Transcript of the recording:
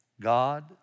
God